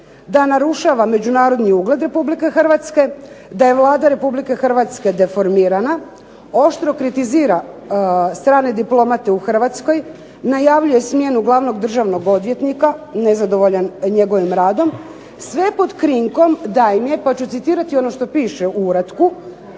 da narušava međunarodni ugled Republike Hrvatske, da je Vlada Republike Hrvatske deformirana, oštro kritizira strane diplomate u Hrvatskoj, najavljuje smjenu glavnog državnog odvjetnika nezadovoljan njegovim radom, sve pod krinkom da im je pa ću citirati ono što piše u uratku